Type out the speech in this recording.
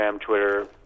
Twitter